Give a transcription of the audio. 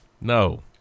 no